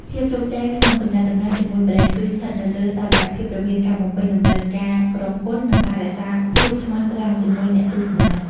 ភាពជោគជ័យក្នុងទំនាក់ទំនងជាមួយប្រេន គឺស្ថិតនៅលើតុល្យភាពរវាងការបំពេញតម្រូវការក្រុមហ៊ុន និងការរក្សាភាពស្មោះត្រង់ជាមួយអ្នកទស្សនា។